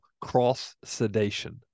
cross-sedation